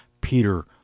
Peter